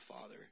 Father